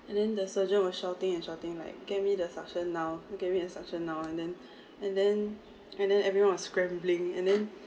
and then the surgeon were shouting and shouting like get me the suction now get me the suction now and then and then and then everyone scrambling and then